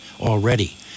already